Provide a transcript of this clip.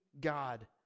God